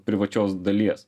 privačios dalies